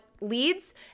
leads